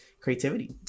creativity